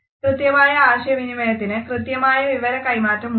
കൃത്യമായ ആശയവിനിമയത്തിന് കൃത്യമായ വിവര കൈമാറ്റം ഉണ്ടാകണം